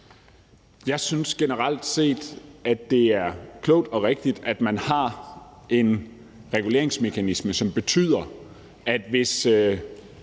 Jeg synes generelt set, at det er klogt og rigtigt, at man har en reguleringsmekanisme, som betyder, at hvis